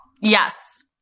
Yes